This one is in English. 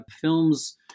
films